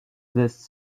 this